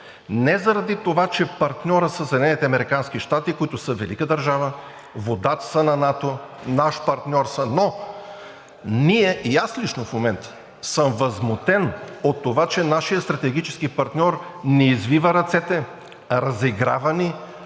са Съединените американски щати, които са велика държава, водач са на НАТО, наш партньор са, но ние, и аз лично в момента, съм възмутен от това, че нашият стратегически партньор ни извива ръцете, разиграва ни,